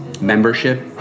membership